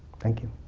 thank you.